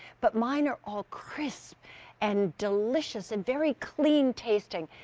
but mine are all crisp and delicious. and very clean tasting.